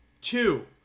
Two